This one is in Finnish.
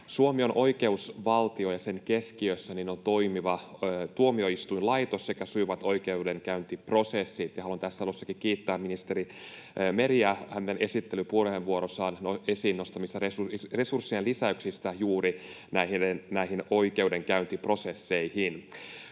Suomi on oikeusvaltio, ja sen keskiössä on toimiva tuomioistuinlaitos sekä sujuvat oikeudenkäyntiprosessit. Haluan tässä talossakin kiittää ministeri Merta hänen esittelypuheenvuorossaan esiin nostamista resurssien lisäyksistä juuri näihin oikeudenkäyntiprosesseihin.